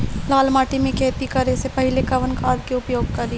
लाल माटी में खेती करे से पहिले कवन खाद के उपयोग करीं?